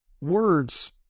words